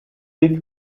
liv